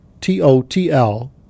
t-o-t-l